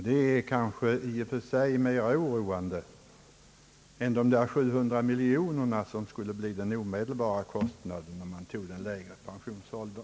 Detta är kanske i och för sig mer oroande än de 700 miljoner som skulle bli den omedelbara kostnaden om vi fattade beslut om den lägre pensionsåldern.